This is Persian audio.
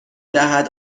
دهد